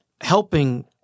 helping